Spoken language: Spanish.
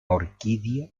orquídea